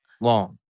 long